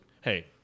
Hey